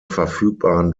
verfügbaren